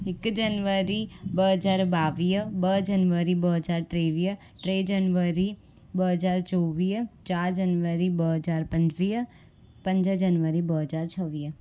हिकु जनवरी ॿ हज़ार ॿावीह ॿ जनवरी ॿ हज़ार टेवीह टे जनवरी ॿ हज़ार चोवीह चारि जनवरी ॿ हज़ार पंजवीह पंज जनवरी ॿ हज़ार छवीह